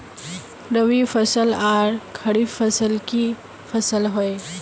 रवि फसल आर खरीफ फसल की फसल होय?